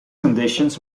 conditions